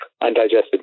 undigested